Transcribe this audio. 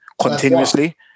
continuously